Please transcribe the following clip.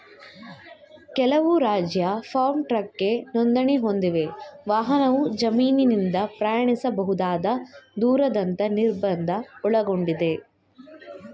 ಕೆಲವು ರಾಜ್ಯ ಫಾರ್ಮ್ ಟ್ರಕ್ಗೆ ನೋಂದಣಿ ಹೊಂದಿವೆ ವಾಹನವು ಜಮೀನಿಂದ ಪ್ರಯಾಣಿಸಬಹುದಾದ ದೂರದಂತ ನಿರ್ಬಂಧ ಒಳಗೊಂಡಿದೆ